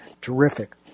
terrific